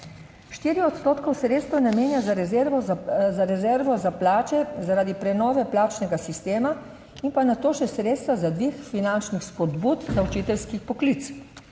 4 odstotkov sredstev namenja za rezervo za rezervo za plače zaradi prenove plačnega sistema in pa nato še sredstva za dvig finančnih spodbud za učiteljski poklic.